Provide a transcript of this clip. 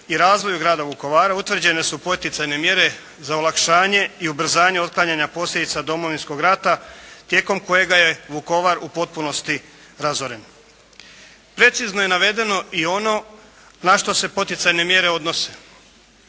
i razvoju grada Vukovara utvrđene su poticajne mjere za olakšanje i ubrzanje otklanjanja posljedica Domovinskog rata tijekom kojega je Vukovar u potpunosti razoren. Precizno je navedeno i ono na što se poticajne mjere odnose.